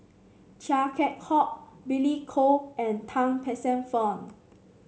Chia Keng Hock Billy Koh and Tan Paey Fern